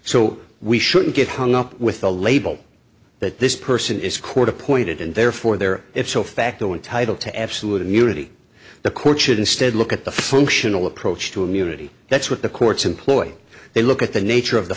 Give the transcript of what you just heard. so we shouldn't get hung up with the label that this person is court appointed and therefore there if so facto entitled to absolute immunity the court should instead look at the functional approach to immunity that's what the courts employ they look at the nature of the